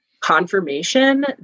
confirmation